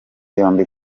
yombi